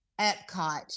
Epcot